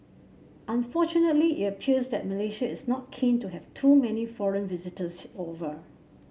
unfortunately it appears that Malaysia is not keen to have too many foreign visitors over